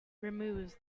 removes